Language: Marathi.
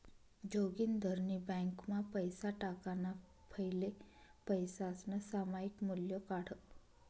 जोगिंदरनी ब्यांकमा पैसा टाकाणा फैले पैसासनं सामायिक मूल्य काढं